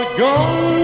gone